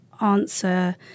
answer